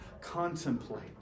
Contemplate